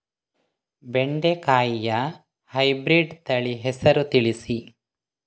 ಬೆಂಡೆಕಾಯಿಯ ಹೈಬ್ರಿಡ್ ತಳಿ ಹೆಸರು ತಿಳಿಸಿ?